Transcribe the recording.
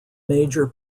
major